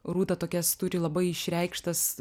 rūta tokias turi labai išreikštas